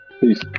Peace